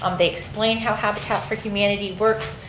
um they explain how habitat for humanity works.